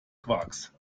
quarks